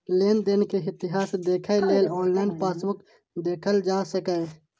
लेनदेन के इतिहास देखै लेल ऑनलाइन पासबुक देखल जा सकैए